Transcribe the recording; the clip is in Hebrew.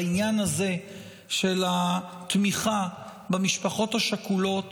בעניין הזה של התמיכה במשפחות השכולות